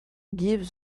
gibbs